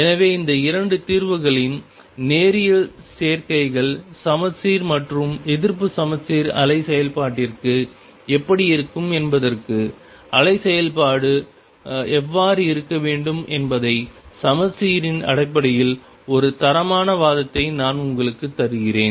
எனவே இந்த இரண்டு தீர்வுகளின் நேரியல் சேர்க்கைகள் சமச்சீர் மற்றும் எதிர்ப்பு சமச்சீர் அலை செயல்பாட்டிற்கு எப்படி இருக்கும் என்பதற்கு அலை செயல்பாடு எவ்வாறு இருக்க வேண்டும் என்பதை சமச்சீரின் அடிப்படையில் ஒரு தரமான வாதத்தை நான் உங்களுக்கு தருகிறேன்